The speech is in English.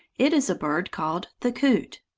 it is a bird called the coot,